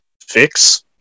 fix